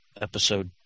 episode